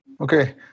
Okay